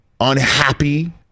unhappy